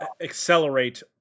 accelerate